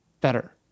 better